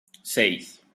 seis